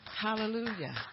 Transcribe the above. hallelujah